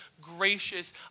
gracious